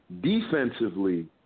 Defensively